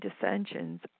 dissensions